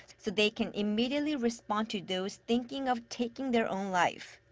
so they can immediately respond to those thinking of taking their own life.